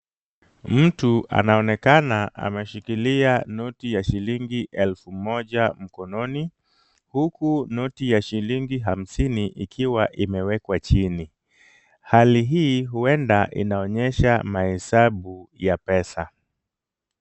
Mtu anaonekana ameshikilia noti ya shilingi elfu moja mkononi, huku noti ya shilingi hamsini ikiwa imewekwa chini. Hali hii huenda inaonyesha mahesabu ya pesa.